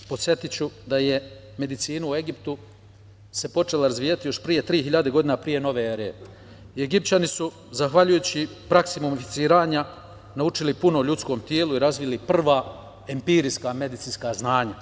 Podsetiću da je medicina u Egiptu se počela razvijati još pre 3.000 godina p.n.e. i Egipćani su zahvaljujući praksi mumificiranja naučili puno o ljudskom telu i razvili prva empirijska medicinska znanja.